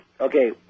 Okay